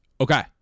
Okay